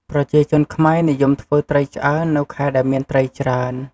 ប្រជាជនខ្មែរនិយមធ្វើត្រីឆ្អើរនៅខែដែលមានត្រីច្រើន។